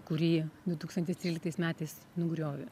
kurį du tūkstantis tryliktais metais nugriovė